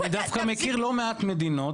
אני דווקא מכיר לא מעט מדינות,